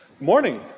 Morning